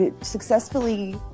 successfully